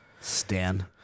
stan